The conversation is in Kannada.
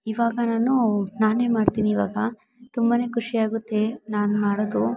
ಇವಾಗ ನಾನು ನಾನೇ ಮಾಡ್ತೀನಿ ಇವಾಗ ತುಂಬ ಖುಷಿ ಆಗುತ್ತೆ ನಾನು ಮಾಡೋದು